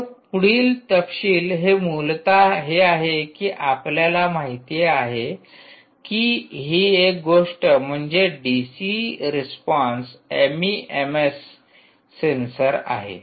तर पुढील तपशील हे मूलत हे आहे की आपल्याला माहिती आहे की एक गोष्ट म्हणजे डीसी रिस्पॉन्स एमईएमएस सेन्सर आहे